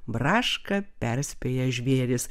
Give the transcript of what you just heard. braška perspėja žvėrys